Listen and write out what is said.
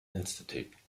institute